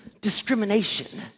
discrimination